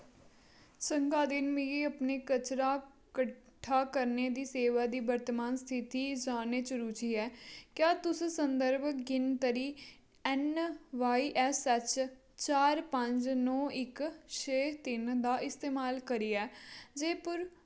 संगादिन मिगी अपने कचरा कट्ठा करने दी सेवा दी वर्तमान स्थिति जानने च रुची ऐ क्या तुस संदर्भ गिनतरी ऐन्न वाई ऐसेस ऐच्च चार पंज नौ इक छे तिन्न दा इस्तेमाल करियै जेह्दे पर